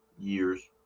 Years